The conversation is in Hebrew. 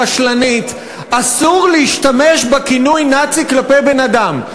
רשלנית: אסור להשתמש בכינוי נאצי כלפי בן-אדם.